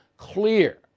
Clear